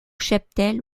cheptel